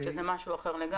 שזה משהו אחר לגמרי.